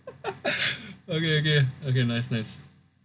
okay okay okay nice nice